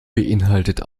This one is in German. beinhaltet